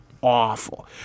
awful